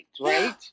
right